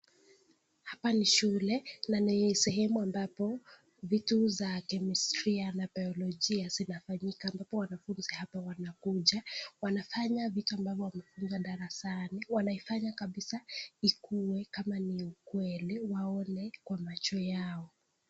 Hapa ni shule na ni sehemu ambapo vitu za Kemistria na Biolojia zinafanyika ambapo hapa wanafunzi wanakuja, wanafanya vitu ambavyo wamefunzwa darasani. Wanaifanya kabisa ikuwe ukweli waone kwa macho yao.